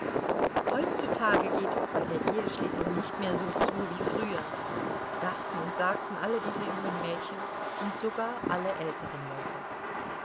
heutzutage geht es bei der eheschließung nicht mehr so zu wie früher dachten und sagten alle diese jungen mädchen und sogar alle älteren leute